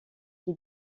qui